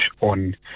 on